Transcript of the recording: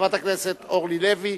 חברת הכנסת אורלי לוי,